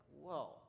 whoa